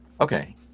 Okay